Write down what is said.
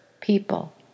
people